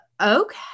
okay